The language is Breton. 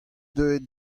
deuet